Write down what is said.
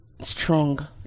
strong